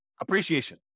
appreciation